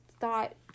thought